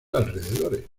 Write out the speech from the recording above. alrededores